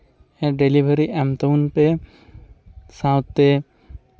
delivery ᱮᱢ ᱛᱟᱵᱚᱱ ᱯᱮ ᱥᱟᱶᱛᱮ